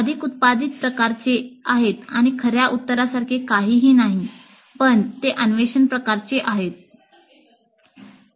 ते अधिक उत्पादित प्रकारचे आहेत आणि खर्या उत्तरासारखे काहीही नाही पण ते अन्वेषण प्रकारचे आसतात